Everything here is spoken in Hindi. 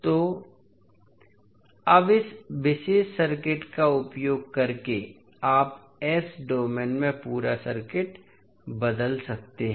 तो अब इस विशेष सर्किट का उपयोग करके आप S डोमेन में पूरा सर्किट बदल सकते हैं